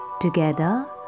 Together